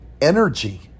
energy